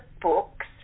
books